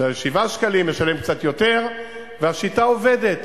7 שקלים, משלם קצת יותר, והשיטה עובדת.